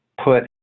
put